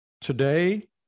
today